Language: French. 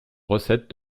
recette